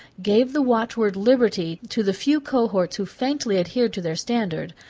gave the watchword liberty to the few cohorts who faintly adhered to their standard,